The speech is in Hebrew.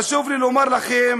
חשוב לי לומר לכם